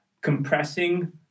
compressing